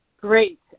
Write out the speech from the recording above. Great